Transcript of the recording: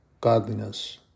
godliness